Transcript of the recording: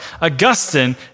Augustine